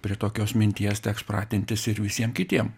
prie tokios minties teks pratintis ir visiem kitiem